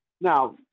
now